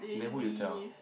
then who you tell